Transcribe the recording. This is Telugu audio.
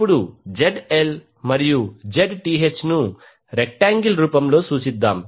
ఇప్పుడు ZL మరియు Zth ను రెక్టాంగిల్ రూపంలో సూచిద్దాం